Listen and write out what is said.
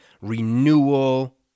renewal